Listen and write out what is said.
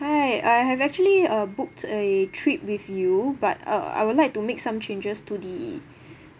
hi I have actually uh booked a trip with you but uh I would like to make some changes to the